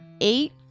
eight